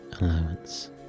allowance